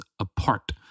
apart